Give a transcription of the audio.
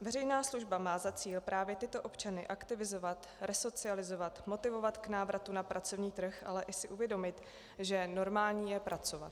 Veřejná služba má za cíl právě tyto občany aktivizovat, resocializovat, motivovat k návratu na pracovní trh, ale i si uvědomit, že normální je pracovat.